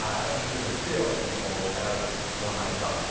at least in the pre-election poll as one might have thought.